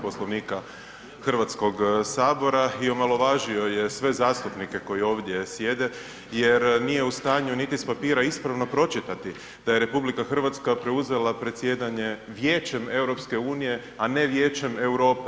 Poslovnika Hrvatskog sabora i omalovažio je sve zastupnike koji ovdje sjede jer nije u stanju niti s papira ispravno pročitati da je RH preuzela predsjedanje Vijećem EU, a ne Vijećem Europe.